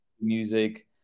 Music